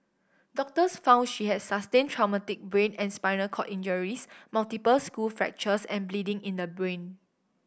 doctors found she had sustained traumatic brain and spinal cord injuries multiple skull fractures and bleeding in the brain